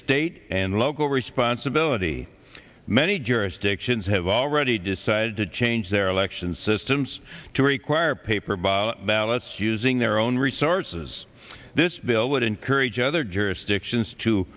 state and local responsibility many jurisdictions have already decided to change their election systems to require paper by ballots using their own resources this bill wouldn't each other jurisdictions to